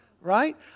right